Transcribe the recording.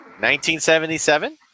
1977